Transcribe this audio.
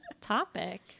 topic